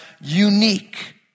unique